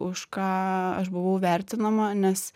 už ką aš buvau vertinama nes